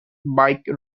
bike